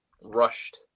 rushed